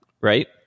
right